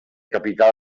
capità